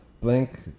Blink